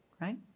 right